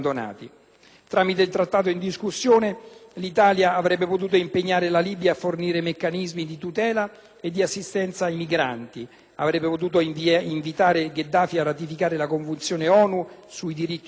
Tramite il Trattato in discussione l'Italia avrebbe potuto impegnare la Libia a fornire meccanismi di tutela ed assistenza ai migranti; avrebbe potuto invitare Gheddafi a ratificare la Convenzione Onu sui diritti umani